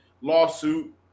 lawsuit